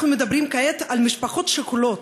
אנחנו מדברים כעת על משפחות שכולות,